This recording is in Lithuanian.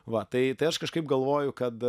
va tai tai aš kažkaip galvoju kad